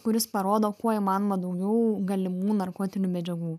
kuris parodo kuo įmanoma daugiau galimų narkotinių medžiagų